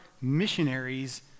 missionaries